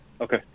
Okay